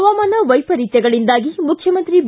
ಹವಾಮಾನ ವೈಪರೀತ್ಯಗಳಿಂದಾಗಿ ಮುಖ್ಯಮಂತ್ರಿ ಬಿ